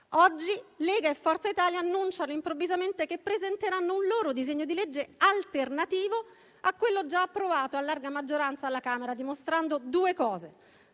Oggi Lega e Forza Italia annunciano improvvisamente che presenteranno un loro disegno di legge alternativo a quello già approvato a larga maggioranza alla Camera, dimostrando scarsa